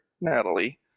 Natalie